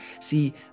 see